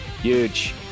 huge